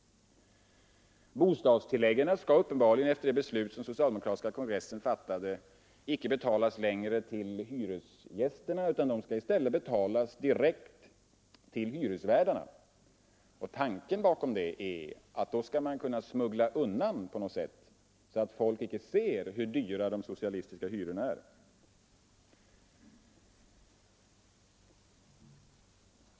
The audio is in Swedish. Bostadstilläggen skall uppenbarligen, efter det beslut som den socialdemokratiska kongressen fattade, icke längre betalas till hyresgästerna utan de skall betalas direkt till hyresvärdarna. Tanken bakom det är att man skall kunna dölja för allmänheten hur höga de socialistiska hyrorna är.